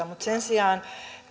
mutta sen sijaan